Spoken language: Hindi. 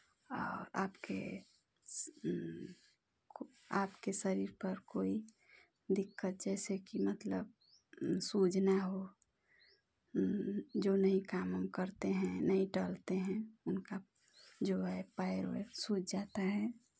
आपके आपके शरीर पर कोई दिक़्क़त जैसे कि मतलब सूझना हो जो नहीं काम म करते हैं नहीं टलते हैं उनका जो है पैर वैर सूझ जाता है